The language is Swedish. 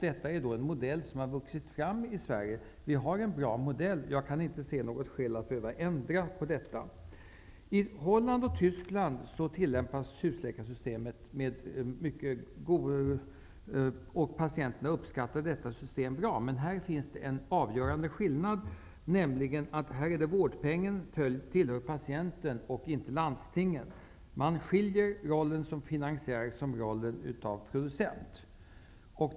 Detta är en modell som vuxit fram i Sverige. Det är en bra modell, och jag kan inte se något skäl att ändra på den. I Holland och Tyskland har man ett husläkarsystem, och patienterna uppskattar detta system. Här finns emellertid den avgörande skillnaden att vårdpengen tillhör patienten och inte landstingen. Man skiljer rollen som finansiär från rollen som producent.